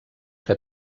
que